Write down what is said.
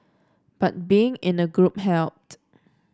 but being in a group helped